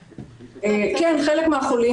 כן, חלק מהחולים.